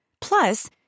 Plus